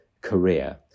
career